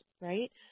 right